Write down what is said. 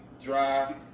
dry